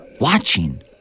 Watching